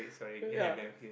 ya